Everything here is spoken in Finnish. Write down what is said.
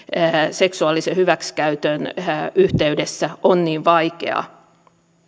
seksuaalisen hyväksikäytön yhteydessä on niin vaikeaa